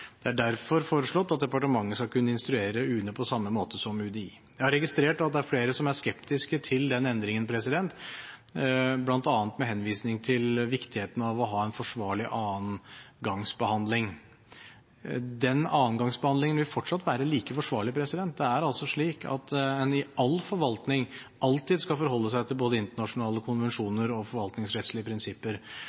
Det er derfor foreslått at departementet skal kunne instruere UNE på samme måte som UDI. Jeg har registrert at det er flere som er skeptiske til den endringen, bl.a. med henvisning til viktigheten av å ha en forsvarlig annengangsbehandling. Annengangsbehandlingen vil fortsatt være like forsvarlig. Det er slik at en i all forvaltning alltid skal forholde seg til både internasjonale konvensjoner og forvaltningsrettslige prinsipper,